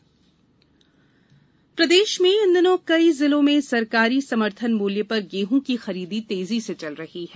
उपार्जन तिथि प्रदेश में इन दिनों कई जिलों में सरकारी समर्थन मुल्य पर गेहं की खरीदी तेजी से चल रही है